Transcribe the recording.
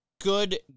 Good